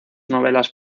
novelas